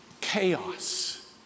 chaos